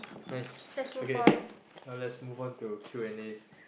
nice okay now let's move on to Q-and-A